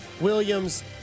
Williams